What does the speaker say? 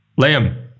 Liam